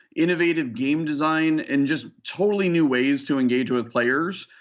innovative game design and just totally new ways to engage with players.